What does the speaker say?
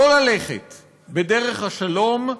לא ללכת בדרך השלום,